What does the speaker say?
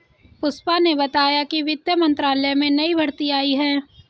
पुष्पा ने बताया कि वित्त मंत्रालय में नई भर्ती आई है